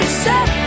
set